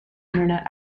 internet